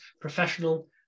professional